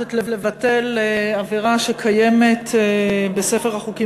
מבקשת לבטל עבירה שקיימת בספר החוקים